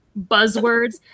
buzzwords